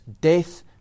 death